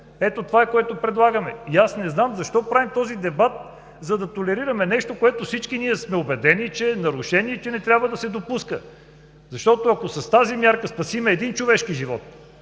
Това е, което предлагаме. Не знам защо правим този дебат, за да толерираме нещо, за което всички сме убедени, че е нарушение и, че не трябва да се допуска. Защото ако с тази мярка спасим един човешки живот,